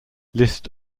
list